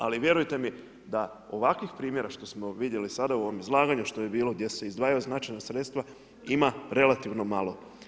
Ali vjerujte mi da ovakvih primjera što smo vidjeli sada u ovom izlaganju što je bilo, gdje se izdvajaju značajna sredstva, ima relativno malo.